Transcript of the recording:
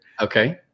Okay